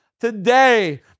today